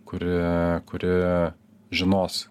kuri kuri žinos